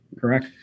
Correct